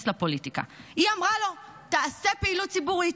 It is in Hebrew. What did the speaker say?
לפוליטיקה: היא אמרה לו: תעשה פעילות ציבורית.